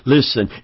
Listen